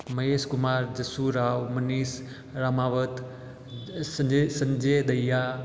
Mahesh Kumar Jassu Rao Manish Ramawat Sanjay Dahiya